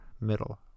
middle